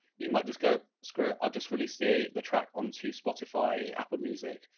you might just go, screw it. i'll just really stay the track onto spotify, apple music,